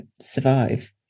survive